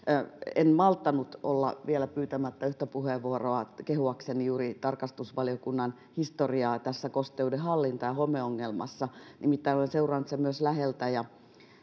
en malttanut olla vielä pyytämättä yhtä puheenvuoroa kehuakseni juuri tarkastusvaliokunnan historiaa tässä kosteudenhallinta ja homeongelmassa nimittäin olen seurannut sitä myös läheltä ja